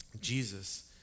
Jesus